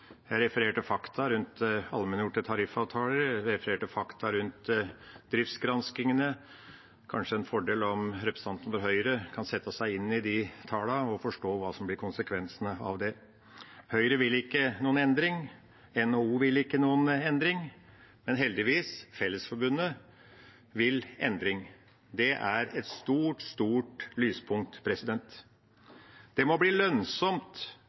refererte fakta rundt allmenngjorte tariffavtaler, jeg refererte fakta rundt driftsgranskingene. Det er kanskje en fordel om representanten fra Høyre kan sette seg inn i de tallene og forstå hva som blir konsekvensene av det. Høyre vil ikke ha noen endring. NHO vil ikke ha noen endring. Men heldigvis, Fellesforbundet vil ha endring. Det er et stort, stort lyspunkt. Det må bli lønnsomt